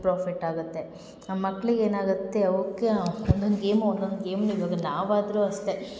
profit ಆಗುತ್ತೆ ಆ ಮಕ್ಳಿಗೆ ಏನಾಗುತ್ತೆ ಅವ್ಕೆ ಒನ್ನೊಂದು ಗೇಮು ಒನ್ನೊಂದು ಗೇಮ್ನು ಇವಾಗ ನಾವಾದರು ಅಷ್ಟೆ